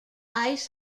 ice